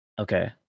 Okay